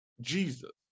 Jesus